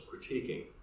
critiquing